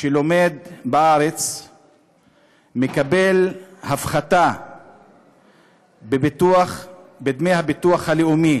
שלומד בארץ מקבל הפחתה בדמי הביטוח הלאומי